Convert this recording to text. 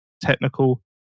technical